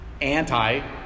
anti